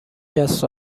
شصت